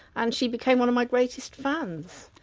and she became one of my greatest fans.